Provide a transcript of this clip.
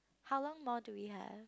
how long more do we have